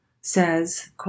says